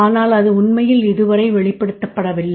ஆனால் அது உண்மையில் இதுவரை வெளிப்படுத்தப்படவில்லை